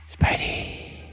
Spidey